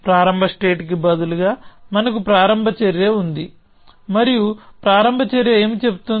ప్రారంభ స్టేట్ కి బదులుగా మనకు ప్రారంభ చర్య ఉంది మరియు ప్రారంభ చర్య ఏమి చెబుతుంది